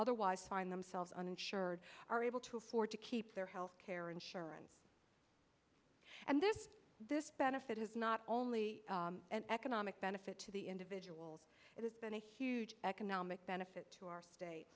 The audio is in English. otherwise find themselves uninsured are able to afford to keep their health care insurance and this this benefit has not only an economic benefit to the individuals it has been a huge economic benefit to our state